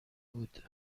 بود